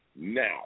now